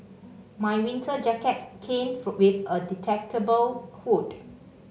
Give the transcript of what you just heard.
my winter jacket came for with a detachable hood